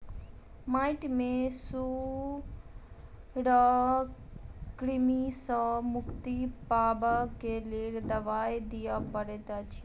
माइट में सूत्रकृमि सॅ मुक्ति पाबअ के लेल दवाई दियअ पड़ैत अछि